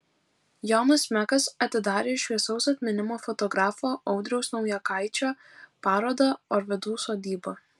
jonas mekas atidarė šviesaus atminimo fotografo audriaus naujokaičio parodą orvidų sodyba